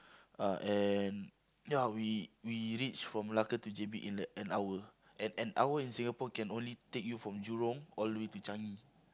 uh and ya we we reach from Malacca to J_B in an hour and an hour in Singapore can only take you from Jurong all the way to Changi